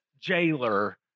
jailer